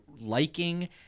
liking